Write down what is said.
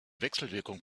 wechselwirkung